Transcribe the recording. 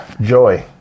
joy